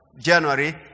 January